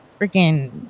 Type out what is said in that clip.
freaking